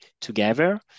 together